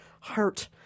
heart